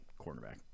cornerback